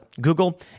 Google